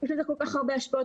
יהיו לזה כל כך הרבה השפעות.